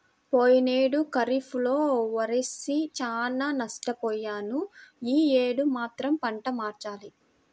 పోయినేడు ఖరీఫ్ లో వరేసి చానా నష్టపొయ్యాను యీ యేడు మాత్రం పంట మార్చాలి